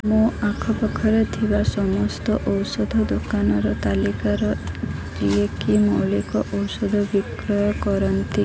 ମୋ ଆଖପାଖରେ ଥିବା ସମସ୍ତ ଔଷଧ ଦୋକାନର ତାଲିକାର ଯିଏକି ମୌଳିକ ଔଷଧ ବିକ୍ରୟ କରନ୍ତି